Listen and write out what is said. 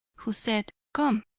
who said come,